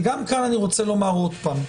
וגם כאן, אני רוצה לומר עוד פעם: